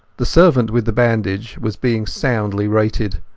the servant with the bandage was being soundly rated.